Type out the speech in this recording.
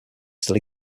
still